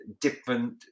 different